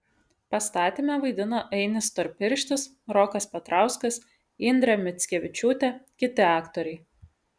pastatyme vaidina ainis storpirštis rokas petrauskas indrė mickevičiūtė kiti aktoriai